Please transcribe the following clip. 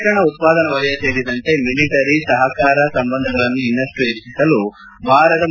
ರಕ್ಷಣಾ ಉತ್ಸಾದನಾ ವಲಯ ಸೇರಿದಂತೆ ಮಿಲಿಟರಿ ಸಹಕಾರ ಸಂಬಂಧಗಳನ್ನು ಇನ್ತಷ್ಟು ಹೆಚ್ಚಿಸಲು ಭಾರತ ಳು